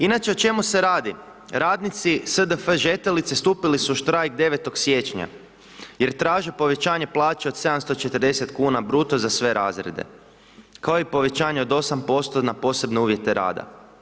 Inače o čemu se radi, radnici SDF Žetelice stupili su štrajk 9. siječnja, jer traže povećanje plaća od 740 kn bruto za sve razrede, kao i povećanje od 8% na posebne uvijete rada.